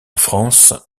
france